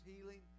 healing